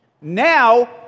now